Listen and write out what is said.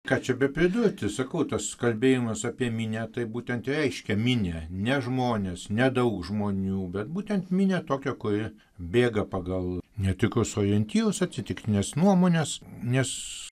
ką čia bepridurti sakau tas kalbėjimas apie minią tai būtent reiškia minią ne žmones ne daug žmonių bet būtent minią tokią kuri bėga pagal netikrus orientyrus atsitiktines nuomones nes